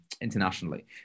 internationally